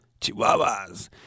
Chihuahuas